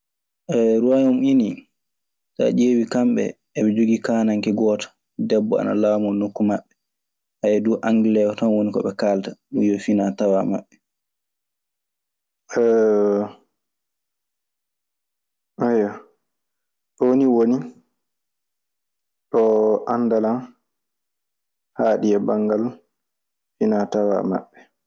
Ko anndumi e Alemaañ en, ɓe yimɓe non yiɗɓe haalde haala maɓɓe e ko ɓe tawi kiltiir maɓɓe. Ɗun tan ɓe njiɗi. Hono banngal motereeji e janɗe hono maɓɓe yaafaa. Motereeji mobel en, motereeji hono fay gurupuŋaaji hannde ɗii. Hono maɓɓe moƴƴude markŋaaji e moƴƴinde buwaasonŋaaji enersii ɗii du.